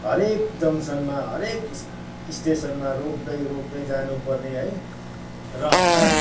हरेक जङ्सनमा हरेक स्टेसनमा रोक्दै रोक्दै जानुपर्ने है र